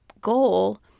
goal